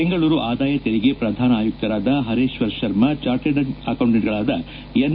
ಬೆಂಗಳೂರು ಆದಾಯ ತೆರಿಗೆ ಪ್ರಧಾನ ಆಯುಕ್ತರಾದ ಪರೇಶ್ವರ್ ಶರ್ಮ ಚಾರ್ಟಡ್ ಅಕೌಂಟೆಂಟ್ಗಳಾದ ಎನ್